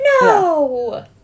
No